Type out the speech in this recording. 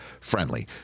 friendly